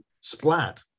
splat